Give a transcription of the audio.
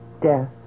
Death